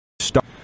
start